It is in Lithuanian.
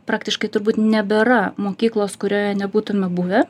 praktiškai turbūt nebėra mokyklos kurioje nebūtumėme buvę